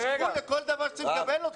יש גבול לכל דבר שצריך לקבל.